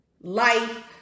life